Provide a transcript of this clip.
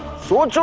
for